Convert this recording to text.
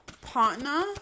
partner